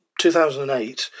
2008